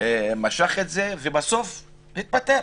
משך את זה והתפטר.